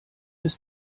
des